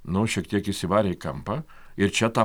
nu šiek tiek įsivarę į kampą ir čia ta